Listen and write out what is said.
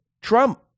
Trump